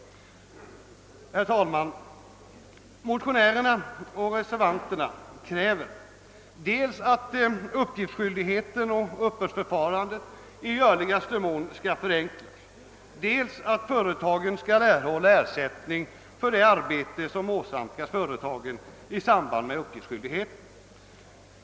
Herr talman! Motionärerna och reservanterna kräver dels att uppgiftsskyldigheten och uppbördsförfarandet i görligaste mån skall förenklas, dels att företagen skall erhålla ersättning för det arbete som åsamkas dem i samband med uppgiftsskyldigheten.